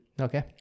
okay